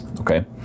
okay